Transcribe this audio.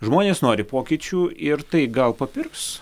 žmonės nori pokyčių ir tai gal papirks